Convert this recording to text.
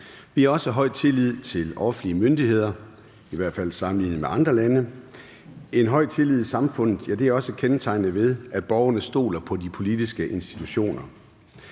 Vi har også høj tillid til de offentlige myndigheder, i hvert fald sammenlignet med andre lande. En høj tillid i samfundet er også kendetegnet ved, at borgerne stoler på de politiske institutioner,